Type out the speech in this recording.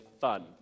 fun